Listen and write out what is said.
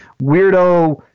weirdo –